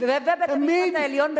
בית-המשפט העליון בצרפת,